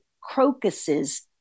crocuses